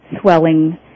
swelling